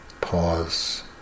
Pause